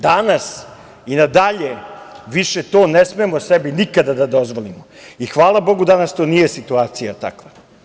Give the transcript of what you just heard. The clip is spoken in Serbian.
Danas i nadalje više to ne smemo sebi nikada da dozvolimo i hvala Bogu danas to nije situacija takva.